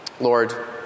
Lord